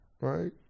right